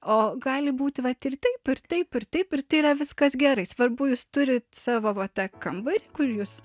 o gali būt va ir taip ir taip ir taip ir tai yra viskas gerai svarbu jūs turit savo va tą kambarį kur jūs